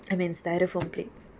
I mean styrofoam plates